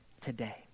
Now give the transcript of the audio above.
today